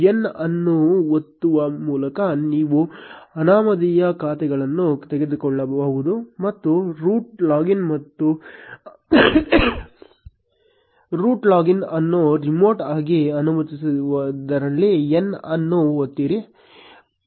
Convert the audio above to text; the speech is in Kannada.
n ಅನ್ನು ಒತ್ತುವ ಮೂಲಕ ನೀವು ಅನಾಮಧೇಯ ಖಾತೆಗಳನ್ನು ತೆಗೆದುಹಾಕಬಹುದು ಮತ್ತು ರೂಟ್ ಲಾಗಿನ್ ಅನ್ನು ರಿಮೋಟ್ ಆಗಿ ಅನುಮತಿಸದಿರಲು n ಅನ್ನು ಒತ್ತಿರಿ